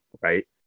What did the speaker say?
right